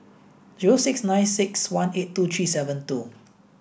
zero six nine six one eight two three seven two